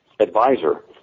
advisor